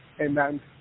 Amen